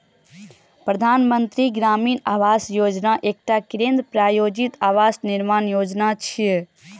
प्रधानमंत्री ग्रामीण आवास योजना एकटा केंद्र प्रायोजित आवास निर्माण योजना छियै